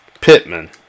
Pittman